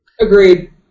Agreed